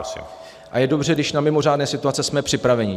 A je dobře, když na mimořádné situace jsme připraveni.